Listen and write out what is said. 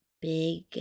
big